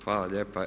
Hvala lijepa.